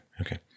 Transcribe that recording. okay